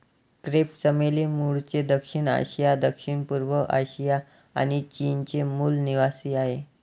crepe चमेली मूळचे दक्षिण आशिया, दक्षिणपूर्व आशिया आणि चीनचे मूल निवासीआहे